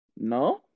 No